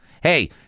Hey